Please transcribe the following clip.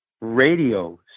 radio